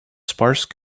sparse